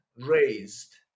raised